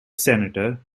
senator